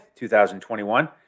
2021